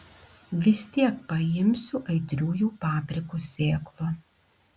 vis tiek paimsiu aitriųjų paprikų sėklų